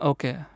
Okay